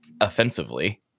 offensively